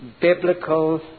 Biblical